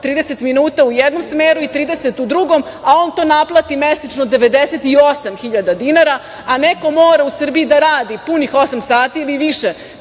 30 minuta u jednom smeru i 30 minuta u drugom, a on to naplati mesečno 98 hiljada dinara, a neko mora u Srbiji da radi punih osam sati ili više